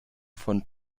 von